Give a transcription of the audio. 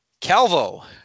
Calvo